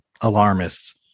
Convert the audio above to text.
alarmists